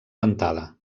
ventada